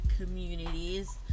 communities